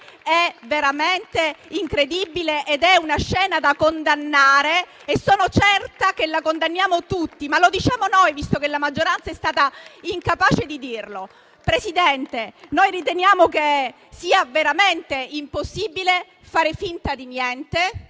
è veramente incredibile, è una scena da condannare e sono certa che la condanniamo tutti. Lo diciamo noi, visto che la maggioranza è stata incapace di dirlo. Presidente, noi riteniamo che sia veramente impossibile fare finta di niente.